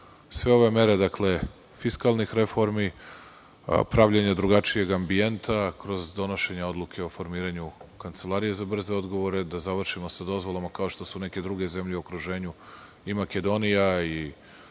ove mere fiskalnih reformi, pravljenja drugačijeg ambijenta kroz donošenje odluke o formiranju kancelarije za brze odgovore, završićemo sa dozvolama, kao što su neke druge zemlje u okruženju, i Makedonija,